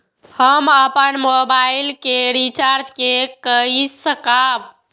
हम अपन मोबाइल के रिचार्ज के कई सकाब?